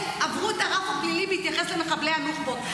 עברו את הרף הפלילי בהתייחס למחבלי הנוח'בות.